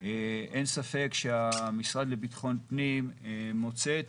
אין ספק שהמשרד לביטחון פנים מוצא את